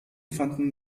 fanden